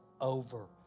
over